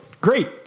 Great